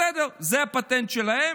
בסדר, זה הפטנט שלהם.